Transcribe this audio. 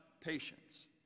patience